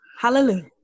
hallelujah